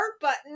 button